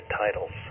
titles